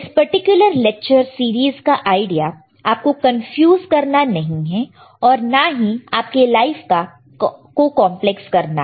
इस particular lecture series का idea आपको कंफ्यूज करना नहीं है और ना ही आपके लाइफ को कंपलेक्स करना